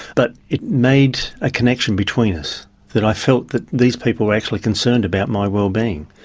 but it made a connection between us that i felt that these people were actually concerned about my wellbeing.